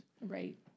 Right